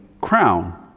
crown